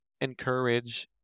encourage